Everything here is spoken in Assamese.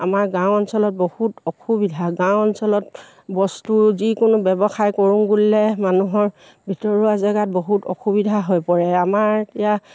আমাৰ গাঁও অঞ্চলত বহুত অসুবিধা গাঁও অঞ্চলত বস্তু যিকোনো ব্যৱসায় কৰোঁ বুলিলে মানুহৰ ভিতৰুৱা জেগাত বহুত অসুবিধা হৈ পৰে আমাৰ এতিয়া